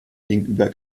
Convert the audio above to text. gegenüber